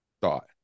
thought